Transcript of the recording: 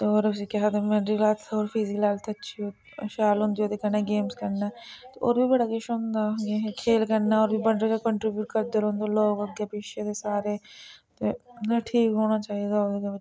होर उसी केह् आखदे मैंटल हैल्थ होर फिजीकल हैल्थ शैल होंदी ओह्दी कन्नै गेम्स कन्नै ते होर बी बड़ा किश होंदा खेल कन्नै होर बी कंट्रीबूट करदे रौंह्दे लोक अग्गे पिच्छे दे सारे ते मतलब ठीक होना चाहिदा ओह्दे बिच्च